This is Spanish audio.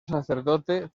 sacerdote